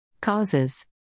Causes